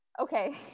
okay